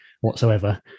whatsoever